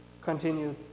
continue